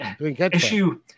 Issue